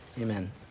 Amen